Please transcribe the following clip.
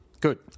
Good